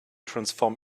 transform